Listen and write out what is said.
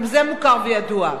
גם זה מוכר וידוע.